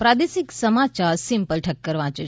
પ્રાદેશિક સમાચાર સિમ્પલ ઠક્કર વાંચે છે